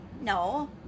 no